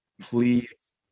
Please